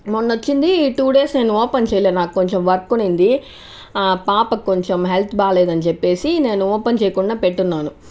మొన్న వచ్చింది two days నేను ఓపెన్ చేయ్యాలా నాకు కొంచెం వర్క్ ఉంది పాపకు కొంచెం హెల్త్ బాగాలేదు అని చెప్పేసి నేను ఓపెన్ చేయకుండా పెట్టున్నాను